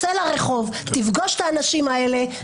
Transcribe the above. צא לרחוב, תפגוש את האנשים האלה.